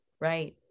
Right